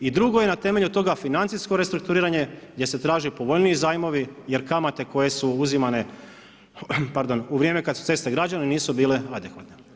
I drugo je na temelju toga financijsko restrukturiranje, gdje se traže povoljniji zajmovi, jer kamate, koje su uzimaju, pardon, u vrijeme kada su ceste građene, nisu bile adekvatne.